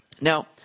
Now